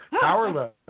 Powerless